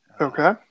Okay